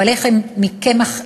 אבל לחם מקמח לבן,